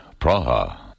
Praha